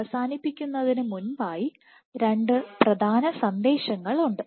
അവസാനിപ്പിക്കുന്നതിനു മുൻപായി രണ്ട് പ്രധാന സന്ദേശങ്ങൾ ഉണ്ട്